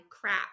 crap